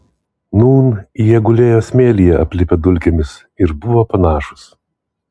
nūn jie gulėjo smėlyje aplipę dulkėmis ir buvo panašūs